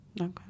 Okay